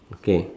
okay